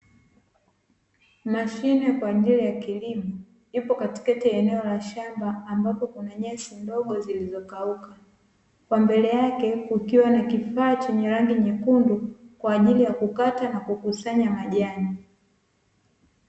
Mashine kwaajili ya kilimo ipo katikati ya eneo la shamba ambapo kuna nyasi ndogo zilizo kauka, kwa mbele yake kukiwa na kifaa chenye rangi nyekundu kwaajili ya kukata na kukusanya majani.